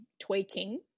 tweaking